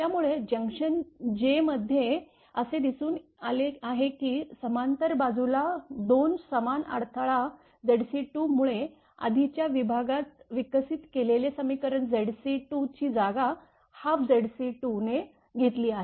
त्यामुळे जंक्शन जे मध्ये असे दिसून आले आहे की समांतर बाजूला 2 समान अडथळा Zc2 मुळे आधीच्या विभागात विकसित केलेले समीकरणZc2 ची जागा 12Zc2 ने घेतली आहे